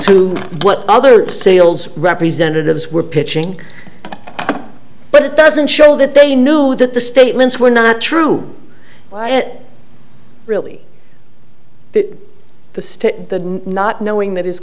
to what other sales representatives were pitching but it doesn't show that they knew that the statements were not true it really the not knowing that i